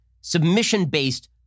submission-based